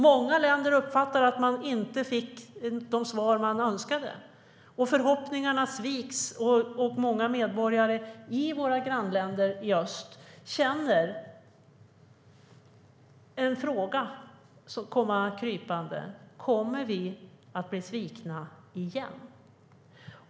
Många länder uppfattade att de inte fick de svar de önskade. Förhoppningarna sviks, och många medborgare i våra grannländer i öst känner en fråga komma krypande: Kommer vi att bli svikna igen?